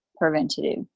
preventative